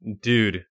Dude